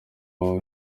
wawe